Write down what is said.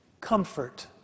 Comfort